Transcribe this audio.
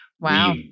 Wow